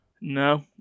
No